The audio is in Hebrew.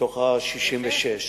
מתוך ה-66.